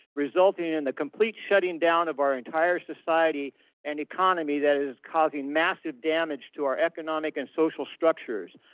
resulting in the complete shutting down of our entire society and economy that is causing massive damage to our economic and social structures.